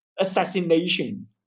assassination